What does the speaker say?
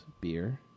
beer